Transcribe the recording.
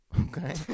Okay